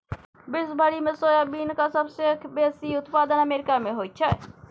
विश्व भरिमे सोयाबीनक सबसे बेसी उत्पादन अमेरिकामे होइत छै